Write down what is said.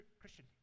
Christian